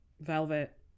velvet